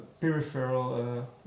peripheral